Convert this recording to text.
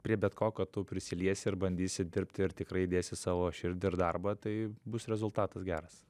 prie bet ko ko tu prisiliesi ir bandysi dirbt ir tikrai įdėsi savo širdį ir darbą tai bus rezultatas geras